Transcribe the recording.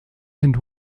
and